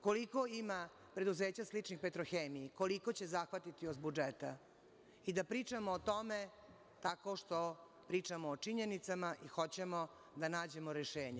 Koliko ima preduzeća sličnih u Petrohemiji, koliko će zahvatiti iz budžeta, i da pričamo o tome tako što pričamo o činjenicama i hoćemo da nađemo rešenje.